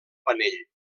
panell